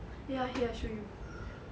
ya here I show you